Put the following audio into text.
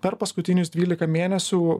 per paskutinius dvylika mėnesių